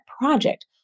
project